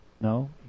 No